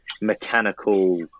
mechanical